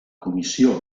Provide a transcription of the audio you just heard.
comissió